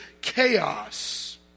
chaos